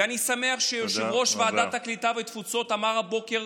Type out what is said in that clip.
ואני שמח שיושב-ראש ועדת הקליטה והתפוצות אמר הבוקר,